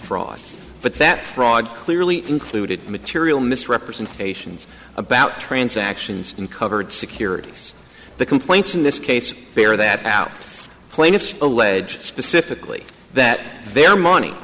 fraud but that fraud clearly included material misrepresentations about transactions and covered securities the complaints in this case bear that out plaintiffs allege specifically that their money